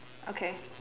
okay